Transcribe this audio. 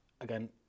again